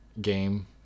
game